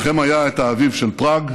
לכם היה האביב של פראג,